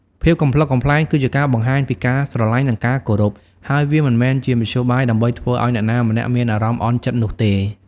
ភាពកំប្លុកកំប្លែងគឺជាការបង្ហាញពីការស្រលាញ់និងការគោរព ហើយវាមិនមែនជាមធ្យោបាយដើម្បីធ្វើឱ្យអ្នកណាម្នាក់មានអារម្មណ៍អន់ចិត្តនោះទេ។